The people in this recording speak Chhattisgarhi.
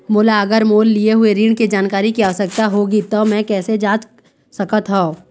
मोला अगर मोर लिए हुए ऋण के जानकारी के आवश्यकता होगी त मैं कैसे जांच सकत हव?